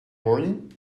morning